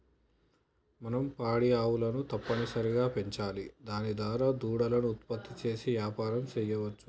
మనం పాడి ఆవులను తప్పనిసరిగా పెంచాలి దాని దారా దూడలను ఉత్పత్తి చేసి యాపారం సెయ్యవచ్చు